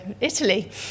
Italy